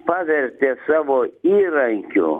pavertė savo įrankiu